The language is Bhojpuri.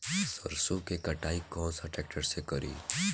सरसों के कटाई कौन सा ट्रैक्टर से करी?